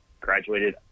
graduated